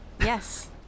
Yes